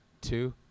two